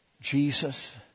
Jesus